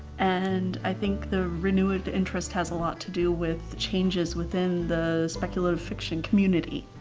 and i think the renewed interest has a lot to do with changes within the speculative fiction community,